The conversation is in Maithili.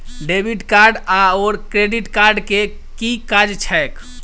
डेबिट कार्ड आओर क्रेडिट कार्ड केँ की काज छैक?